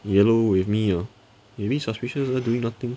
yellow with me ah maybe suspicious ah doing nothing